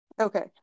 Okay